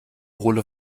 hohle